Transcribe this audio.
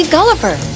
Gulliver